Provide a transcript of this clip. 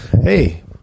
hey